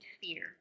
fear